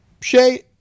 Shay